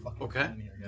Okay